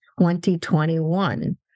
2021